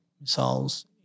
missiles